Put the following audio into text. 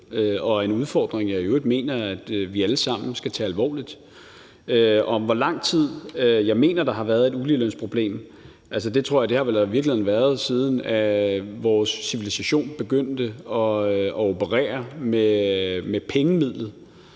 og en udfordring, jeg i øvrigt mener vi alle sammen skal tage alvorligt. Til det næste om, i hvor lang tid jeg mener der har været et uligelønsproblem: Altså, det tror jeg der i virkeligheden har været, siden vores civilisation begyndte at operere med pengemidlet.